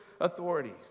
authorities